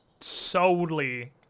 solely